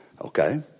Okay